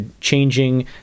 changing